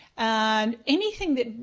and anything that,